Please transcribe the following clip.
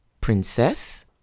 princess